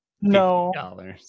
No